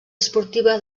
esportiva